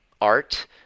art